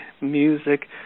music